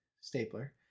stapler